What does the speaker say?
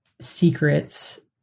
secrets